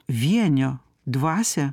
vienio dvasią